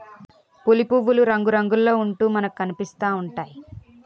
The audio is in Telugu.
పులి పువ్వులు రంగురంగుల్లో ఉంటూ మనకనిపిస్తా ఉంటాయి